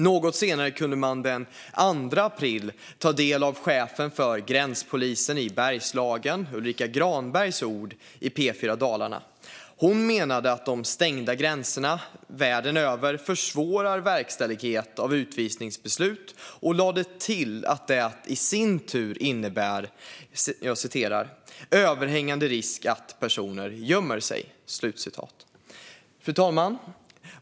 Något senare kunde man den 2 april ta del av chefen för gränspolisen i Bergslagen Ulrika Granbergs ord i P4 Dalarna. Hon menade att de stängda gränserna världen över försvårar verkställighet av utvisningsbeslut och lade till att det i sin tur innebär "en överhängande risk att personer gömmer sig". Fru talman!